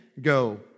go